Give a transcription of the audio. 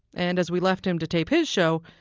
and as we left him to tape his show,